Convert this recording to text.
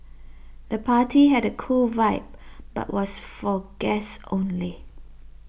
the party had a cool vibe but was for guests only